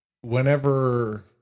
whenever